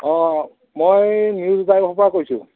অঁ মই নিউজ লাইভৰ পৰা কৈছোঁ